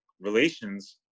relations